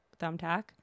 Thumbtack